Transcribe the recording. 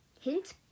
hint